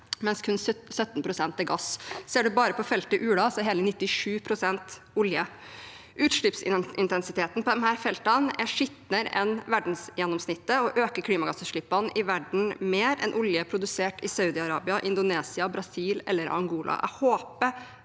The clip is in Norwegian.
mens kun 17 pst. er gass. Ser en bare på feltet Ula, er hele 97 pst. olje. Utslippsintensiteten fra disse feltene er skitnere enn verdensgjennomsnittet og øker klimagassutslippene i verden mer enn olje produsert i Saudi-Arabia, Indonesia, Brasil eller Angola.